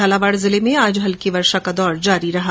झालावाड़ जिले में आज हल्की वर्षा का दौर जारी रहा